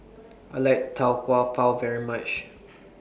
I like Tau Kwa Pau very much